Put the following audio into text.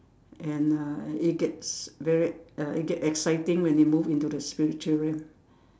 and uh it gets very uh it get exciting when you move into the spiritual realm